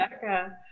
becca